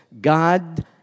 God